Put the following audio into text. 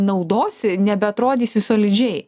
naudosi nebeatrodysi solidžiai